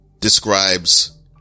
Describes